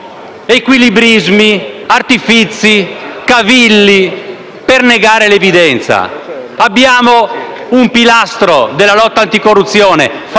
equilibrismi, artifizi, cavilli per negare l'evidenza. Abbiamo un pilastro della lotta anticorruzione: